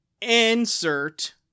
Insert